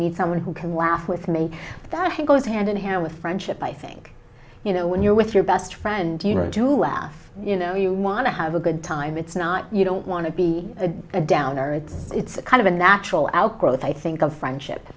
need someone who can laugh with me that he goes hand in hand with friendship i think you know when you're with your best friends you know to laugh you know you want to have a good time it's not you don't want to be a downer it's it's kind of a natural outgrowth i think of friendship